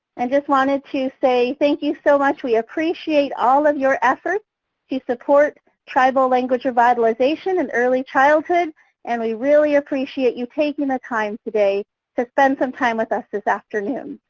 and just wanted to say thank you so much, we appreciate all of your efforts to support tribal language revitalization and early childhood and we really appreciate you taking the time today to spend some time with us this afternoon.